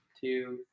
two